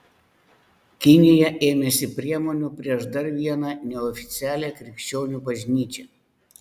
kinija ėmėsi priemonių prieš dar vieną neoficialią krikščionių bažnyčią